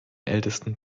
ältesten